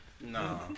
No